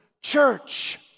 church